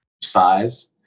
size